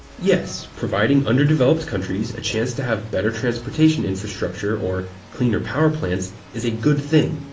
yes, providing underdeveloped countries a chance to have better transportation infrastructure, or cleaner power plants is a good thing.